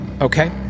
Okay